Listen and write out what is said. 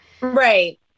Right